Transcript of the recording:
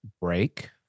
break